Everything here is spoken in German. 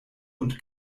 und